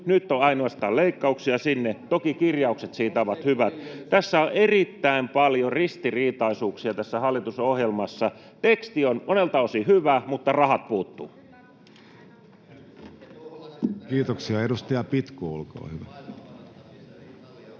Nyt on ainoastaan leikkauksia sinne. Toki kirjaukset siitä ovat hyvät. Tässä hallitusohjelmassa on erittäin paljon ristiriitaisuuksia. Teksti on monelta osin hyvä, mutta rahat puuttuvat. Kiitoksia. — Edustaja Pitko, olkaa hyvä.